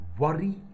Worry